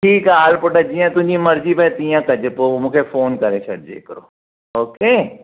ठीकु आहे हल पुटु जीअं तुंहिंजी मर्ज़ी भई तीअं कजे पो मूंखे फोन करे छॾिजे हिकिड़ो ओके